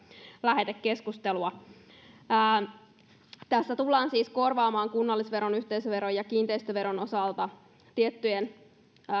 lähetekeskustelua tässä tullaan siis korvaamaan kunnallisveron yhteisöveron ja kiinteistöveron osalta